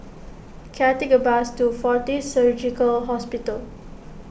can I take a bus to fortis Surgical Hospital